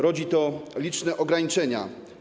Rodzi to liczne ograniczenia.